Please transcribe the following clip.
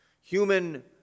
Human